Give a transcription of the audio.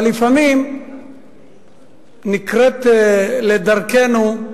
אבל לפעמים נקרית על דרכנו,